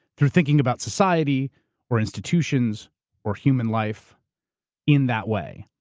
through thinking about society or institutions or human life in that way.